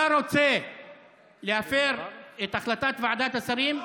אתה רוצה להפר את החלטת ועדת השרים,